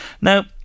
now